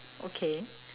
okay